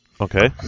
Okay